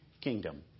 kingdom